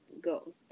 go